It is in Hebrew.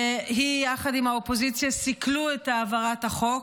והיא יחד עם האופוזיציה סיכלו את העברת החוק.